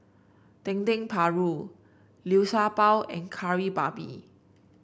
Dendeng Paru Liu Sha Bao and Kari Babi